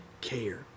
care